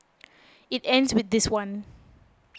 it ends with this one